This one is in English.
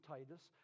Titus